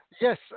Yes